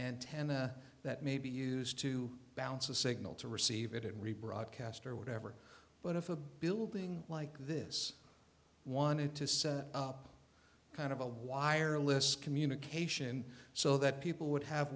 antenna that may be used to bounce a signal to receive it rebroadcast or whatever but of a building like this one had to set up kind of a wireless communication so that people would have